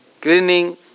cleaning